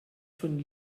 von